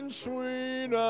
sweet